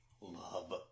love